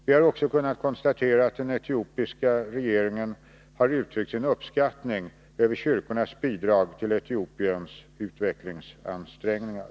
Vi har också kunnat konstatera att den etiopiska regeringen har uttryckt sin uppskattning över kyrkornas bidrag till Etiopiens utvecklingsansträngningar.